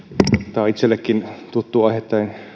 tämä on itsellekin tuttu aihe